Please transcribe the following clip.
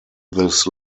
this